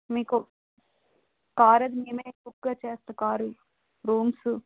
మీకు కారు ఏమైనా car rooms